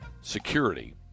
security